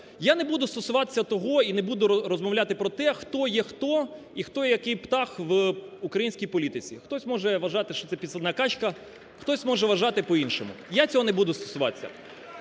Я не буду стосуватися того і не буду розмовляти про те, хто є хто і хто, який птах в українській політиці. Хтось може вважати, що це підсадна качка, хтось може вважати по-іншому. Я цього не буду стосуватися.